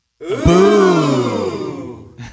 Boo